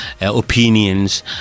opinions